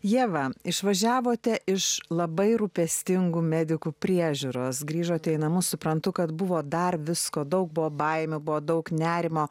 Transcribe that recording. ieva išvažiavote iš labai rūpestingų medikų priežiūros grįžote į namus suprantu kad buvo dar visko daug buvo baimė buvo daug nerimo